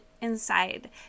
inside